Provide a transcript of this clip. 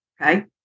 okay